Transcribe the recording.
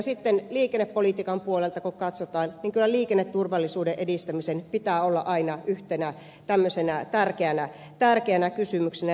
sitten liikennepolitiikan puolelta kun katsotaan niin kyllä liikenneturvallisuuden edistämisen pitää olla aina yhtenä tärkeänä kysymyksenä